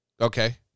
Okay